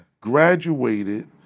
Graduated